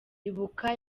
ibuka